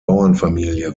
bauernfamilie